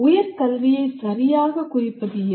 உயர்கல்வியை சரியாகக் குறிப்பது எது